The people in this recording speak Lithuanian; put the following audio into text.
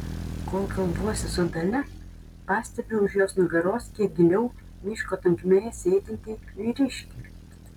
kol kalbuosi su dalia pastebiu už jos nugaros kiek giliau miško tankmėje sėdintį vyriškį